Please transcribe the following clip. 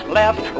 left